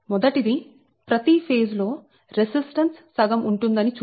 మొదటిది ప్రతి ఫేజ్ లో రెసిస్టన్స్ సగం ఉంటుందని చూపించాలి